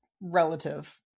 relative